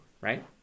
right